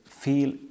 feel